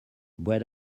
bread